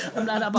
i'm not but